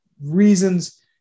reasons